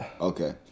Okay